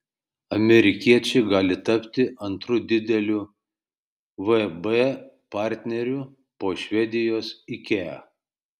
amerikiečiai gali tapti antru dideliu vb partneriu po švedijos ikea